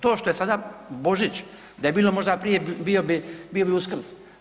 To što je sada Božić, da je bilo možda prije bio bi Uskrs.